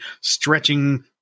stretching